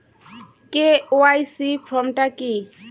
KYC form টা কি?